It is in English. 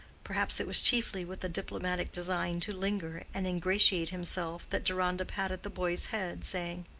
perhaps it was chiefly with a diplomatic design to linger and ingratiate himself that deronda patted the boy's head, saying,